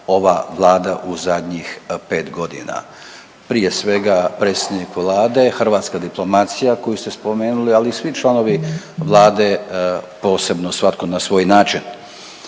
ova Vlada u zadnjih 5 godina. Prije svega predsjednik Vlade, hrvatska diplomacija koju ste spomenuli, ali i svi članovi Vlade posebno svako na svoj način.